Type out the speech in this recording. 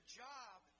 job